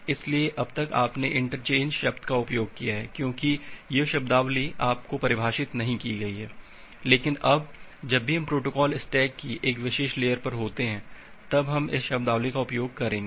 इसलिए अब तक आपने इंटरचेंज शब्द का उपयोग किया है क्योंकि यह शब्दावली आपको परिभाषित नहीं की गई है लेकिन अब जब भी हम प्रोटोकॉल स्टैक की एक विशेष लेयर पर होते हैं तब हम इस शब्दावली का उपयोग करेंगे